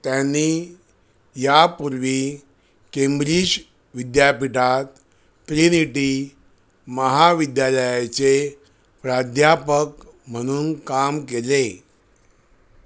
त्यांनी यापूर्वी केंब्रिज विद्यापीठात ट्रिनिटी महाविद्यालयाचे प्राध्यापक म्हणून काम केले